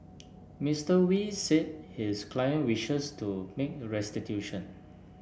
Mister Wee said his client wishes to make restitution